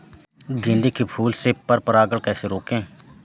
गेंदे के फूल से पर परागण कैसे रोकें?